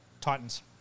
Titans